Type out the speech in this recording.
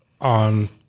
on